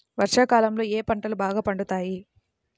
వర్షాకాలంలో ఏ పంటలు బాగా పండుతాయి?